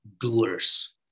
doers